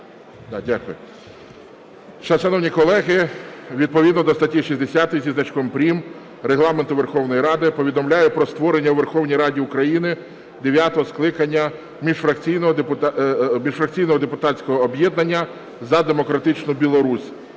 дякую. Шановні колеги, відповідно до статті 60 зі значком прим. Регламенту Верховної Ради повідомляю про створення у Верховній Раді України дев'ятого скликання міжфракційного депутатського об'єднання "За демократичну Білорусь".